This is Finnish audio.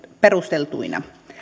perusteltuina